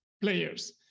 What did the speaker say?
players